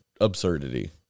absurdity